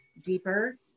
deeper